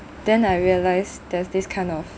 then I realised there's this kind of